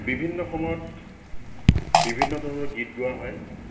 বিভিন্ন সময়ত বিভিন্ন ধৰণৰ গীত গোৱা হয়